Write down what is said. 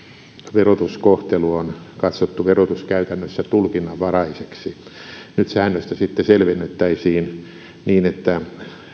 verotuskohtelu on katsottu verotuskäytännössä tulkinnanvaraiseksi nyt säännöstä sitten selvennettäisiin niin että